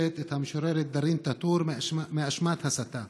את המשוררת דארין טאטור מאשמת הסתה.